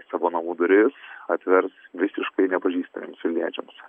savo namų duris atvers visiškai nepažįstamiems vilniečiams